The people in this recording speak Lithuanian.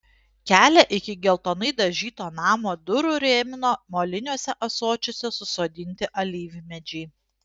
kelią iki geltonai dažyto namo durų rėmino moliniuose ąsočiuose susodinti alyvmedžiai